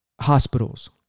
hospitals